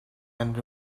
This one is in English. and